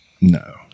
No